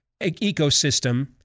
ecosystem